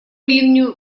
линию